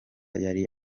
yari